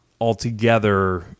altogether